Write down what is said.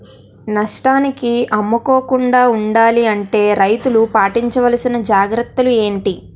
నష్టానికి అమ్ముకోకుండా ఉండాలి అంటే రైతులు పాటించవలిసిన జాగ్రత్తలు ఏంటి